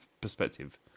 perspective